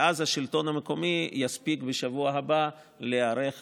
ואז השלטון המקומי יספיק בשבוע הבא להיערך